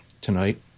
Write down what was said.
tonight